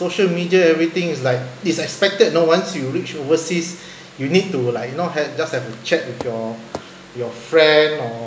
social media everything it's like it's expected you know once you reach overseas you need to like you know just have to chat with your your friend or